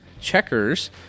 Checkers